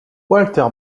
walter